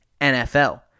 NFL